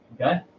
Okay